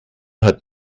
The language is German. hat